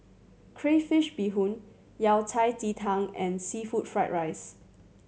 crayfish beehoon Yao Cai ji tang and seafood fried rice